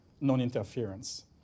non-interference